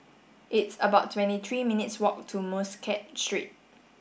it's about twenty three minutes' walk to Muscat Street